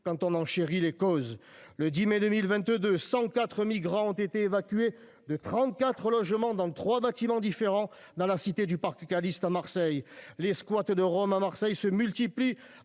quand on enchéri les causes. Le 10 mai 2022 CIV migrants ont été évacués de 34 logements dans trois bâtiments différents dans la cité du parc disent à Marseille les squats de Roms à Marseille se multiplient,